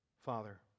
Father